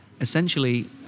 essentially